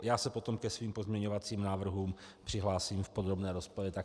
Já se potom ke svým pozměňovacím návrhům přihlásím v podrobné rozpravě.